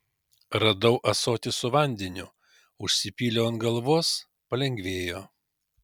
radau ąsotį su vandeniu užsipyliau ant galvos palengvėjo